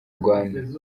rwanda